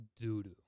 doo-doo